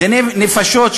דיני נפשות,